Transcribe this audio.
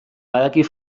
badakit